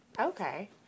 Okay